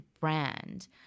brand